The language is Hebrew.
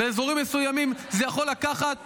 באזורים מסוימים זה יכול לקחת